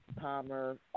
Palmer